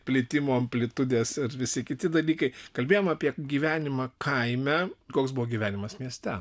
plitimo amplitudės ir visi kiti dalykai kalbėjom apie gyvenimą kaime koks buvo gyvenimas mieste